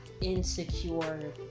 insecure